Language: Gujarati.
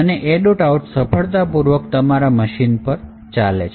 out સફળતાપૂર્વક તમારા મશીન પર ચાલે છે